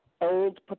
old